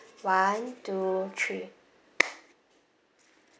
one two three